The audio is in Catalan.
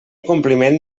compliment